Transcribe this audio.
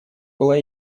была